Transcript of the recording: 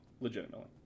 legitimately